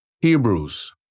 Hebrews